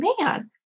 man